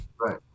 Right